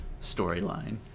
storyline